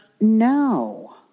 no